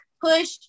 push